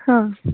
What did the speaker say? ହଁ